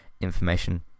information